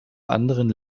anderen